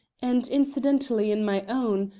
and incidentally in my own,